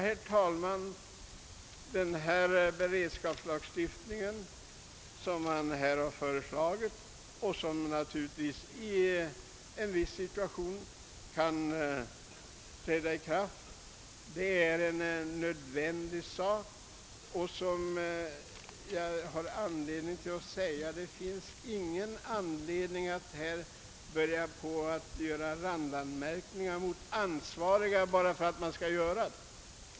Herr talman! Den beredskapslagstiftning, som man har föreslagit och som naturligtvis i en viss situation kan träda i kraft, är nödvändig. Jag vill säga att det finns ingen anledning att här göra anmärkningar mot ansvariga bara för att anmärka.